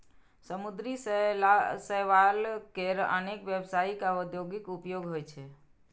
समुद्री शैवाल केर अनेक व्यावसायिक आ औद्योगिक उपयोग होइ छै